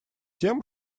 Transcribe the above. тем